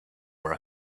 were